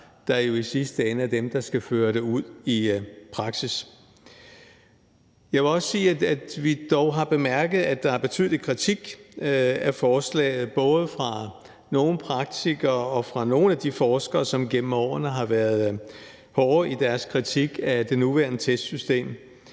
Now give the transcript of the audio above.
der jo i sidste ende er dem, der skal føre det ud i praksis. Jeg vil også sige, at vi dog har bemærket, at der er betydelig kritik af forslaget både fra nogle praktikere og fra nogle af de forskere, som igennem årene har været hårde i deres kritik af det nuværende testsystem.